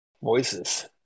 Voices